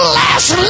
last